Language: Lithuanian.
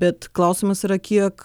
bet klausimas yra kiek